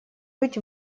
быть